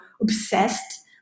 obsessed